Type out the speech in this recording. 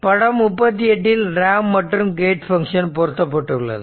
படம் 38 இல் ரேம்ப் மற்றும் கேட் பங்க்ஷன் பெருக்கப்பட்டுள்ளது